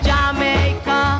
Jamaica